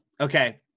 Okay